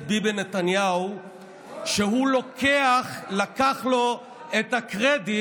ביבי נתניהו שהוא לקח לו את הקרדיט,